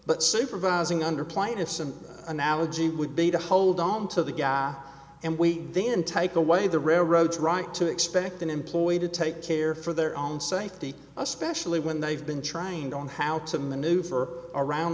but supervising under plaintiff's an analogy would be to hold on to the guy and we then take away the railroads right to expect an employee to take care for their own safety especially when they've been trying on how to maneuver around